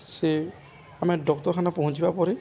ସେ ଆମେ ଡକ୍ତରଖାନା ପହଞ୍ଚିବା ପରେ